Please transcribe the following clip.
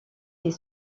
est